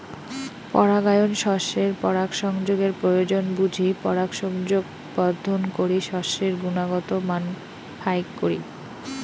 পরাগায়ন শস্যের পরাগসংযোগের প্রয়োজন বুঝি পরাগসংযোগ বর্ধন করি শস্যের গুণগত মান ফাইক করি